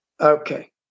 Okay